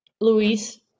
Luis